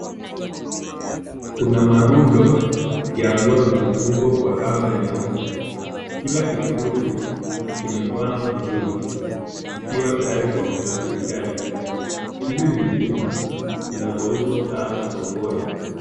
Kuna marundo ya nguo zilizofungwa kwa kamba nyeusi. Kila kifurushi kimebanwa vizuri kikiwa tayari kwa usafirishaji. Hizi ni mitumba zinazouzwa sana sokoni.